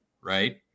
right